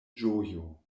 ĝojo